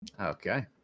Okay